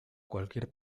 cualquier